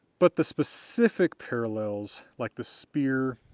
but the specific parallels like the spear,